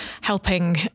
helping